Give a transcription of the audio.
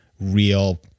real